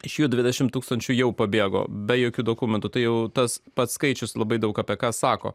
iš jų dvidešimt tūkstančių jau pabėgo be jokių dokumentų tai jau tas pats skaičius labai daug apie ką sako